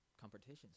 competitions